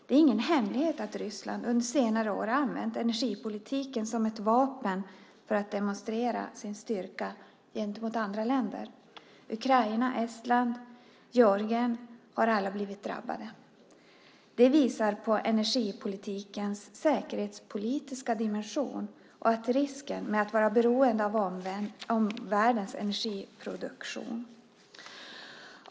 Det är ingen hemlighet att Ryssland under senare år har använt energipolitiken som ett vapen för att demonstrera sin styrka gentemot andra länder. Ukraina, Estland och Georgien har alla blivit drabbade. Det visar på energipolitikens säkerhetspolitiska dimension och risken med att vara beroende av omvärldens energiproduktion.